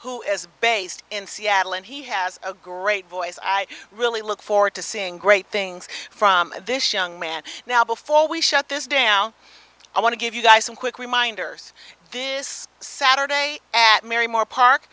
who is based in seattle and he has a great voice i really look forward to seeing great things from this young man now before we shut this down i want to give you guys some quick reminder this saturday at mary moorpark